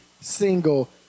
single